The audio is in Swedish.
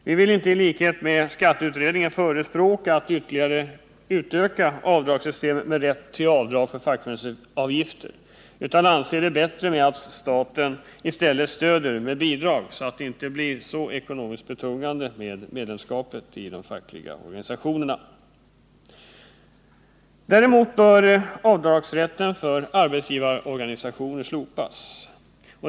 Vi vill inte i likhet med skatteutredningen förespråka ytterligare utredning av avdragssystemet med rätt till avdrag för fackföreningsavgifter utan anser det bättre att staten i stället stöder med bidrag, så att det inte blir så ekonomiskt betungande med medlemskap i de fackliga organisationerna. Däremot bör avdragsrätten för arbetsgivarorganisationer slopas.